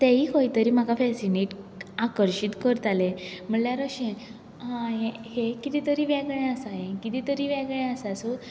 तेयी खंयतरी म्हाका फेसिनेट आकर्शीत करतालें म्हणल्यार अशें आ हें किदें तरी वेगळें आसा हें किदें तरी वेगळें आसा सो